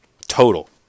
total